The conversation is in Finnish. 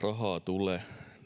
rahaa ei tule